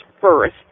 first